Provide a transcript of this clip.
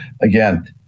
again